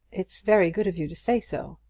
it's very good of you to say so.